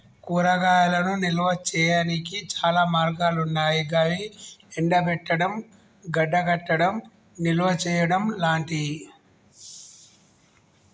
కూరగాయలను నిల్వ చేయనీకి చాలా మార్గాలన్నాయి గవి ఎండబెట్టడం, గడ్డకట్టడం, నిల్వచేయడం లాంటియి